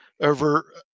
over